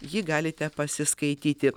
jį galite pasiskaityti